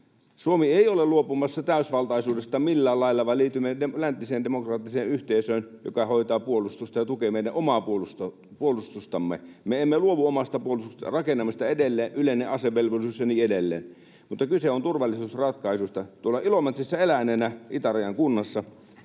Suomi ei ole luopumassa täysvaltaisuudesta millään lailla, vaan liitymme läntiseen demokraattiseen yhteisöön, joka hoitaa puolustusta ja tukee meidän omaa puolustustamme. Me emme luovu omasta puolustuksesta, rakennamme sitä edelleen, yleinen asevelvollisuus ja niin edelleen, mutta kyse on turvallisuusratkaisusta. Tuolla Ilomantsissa eläneenä, itärajan kunnassa,